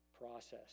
process